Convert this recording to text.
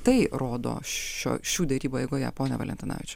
tai rodo šio šių derybų eigoje pone valentinavičiau